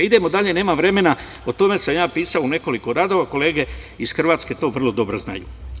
Idemo dalje, nemam vremena, o tome sam ja pisao u nekoliko radova kolege iz Hrvatske to vrlo dobro znaju.